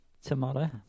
Tomorrow